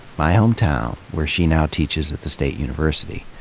my hometown, where she now teaches at the state university.